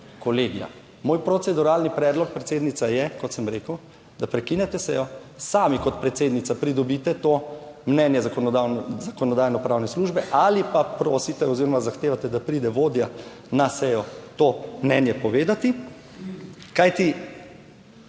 Moj proceduralni predlog, predsednica, je, kot sem rekel, da prekinete sejo, sami kot predsednica, pridobite to mnenje Zakonodajno-pravne službe ali pa prosite oziroma zahtevate, da pride vodja na sejo to mnenje povedati,